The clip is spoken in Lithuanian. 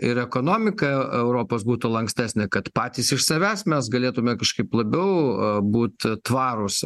ir ekonomika europos būtų lankstesnė kad patys iš savęs mes galėtume kažkaip labiau būt tvarūs